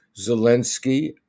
Zelensky